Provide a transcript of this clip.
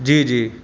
जी जी